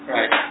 Right